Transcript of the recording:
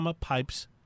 pipes